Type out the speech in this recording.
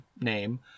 name